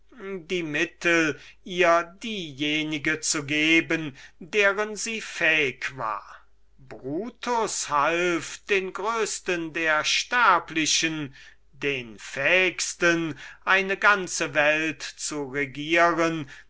die mittel ihr diejenige zu geben deren sie fähig war brutus half den größesten der sterblichen den fähigsten eine ganze welt zu regieren